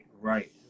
right